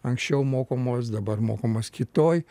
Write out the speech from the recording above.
anksčiau mokomos dabar mokomos kitoj